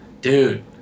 dude